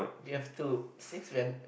we have to since when